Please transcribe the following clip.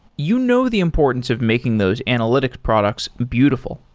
you know the importance of making those analytics products beautiful.